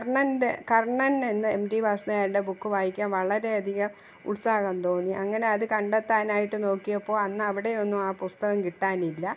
കർണ്ണൻ്റെ കർണ്ണൻ എന്ന M T Vasudevan നായരുടെ book വായിക്കാൻ വളരെ അധികം ഉത്സാഹം തോന്നി അങ്ങനെ അത് കണ്ടത്താനായിട്ട് നോക്കിയപ്പോള് അന്നവിടെയൊന്നും ആ പുസ്തകം കിട്ടാനില്ല